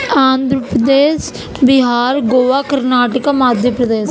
Andhra Pradesh Bihar Goa Karnataka Madhya Pradesh